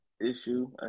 issue